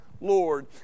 Lord